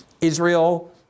Israel